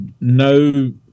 No